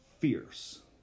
fierce